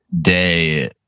day